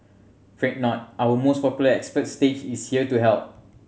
fret not our most popular expert stage is here to help